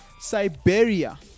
Siberia